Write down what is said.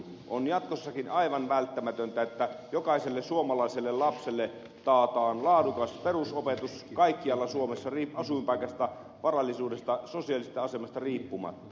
on jatkossakin aivan välttämätöntä että jokaiselle suomalaiselle lapselle taataan laadukas perusopetus kaikkialla suomessa asuinpaikasta varallisuudesta sosiaalisesta asemasta riippumatta